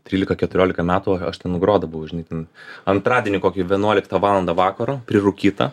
trylika keturiolika metų o aš ten grodavau žinai ten antradienį kokį vienuoliktą valandą vakaro prirūkyta